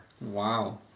Wow